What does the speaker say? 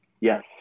Yes